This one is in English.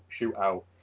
shootout